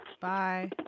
Bye